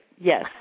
yes